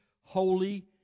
holy